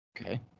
Okay